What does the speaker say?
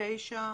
9 ו-10.